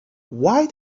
why